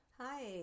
Hi